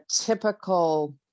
typical